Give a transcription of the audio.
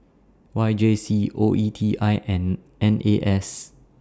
Y J C O E T I and N A S